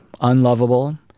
unlovable